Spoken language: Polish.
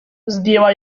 zdjęła